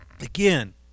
again